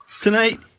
Tonight